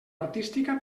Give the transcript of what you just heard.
artística